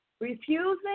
Refusing